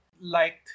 liked